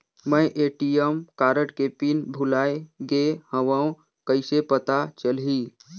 मैं ATM card के PIN भुलाए गे हववं कइसे पता चलही?